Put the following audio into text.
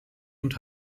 und